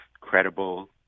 credible